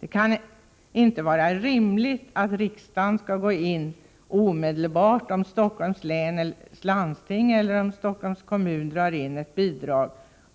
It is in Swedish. Det kan inte vara rimligt att riksdagen skall gå in omedelbart, om Stockholms läns landsting eller Stockholms kommun drar in ett bidrag,